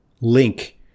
link